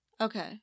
Okay